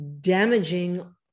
damaging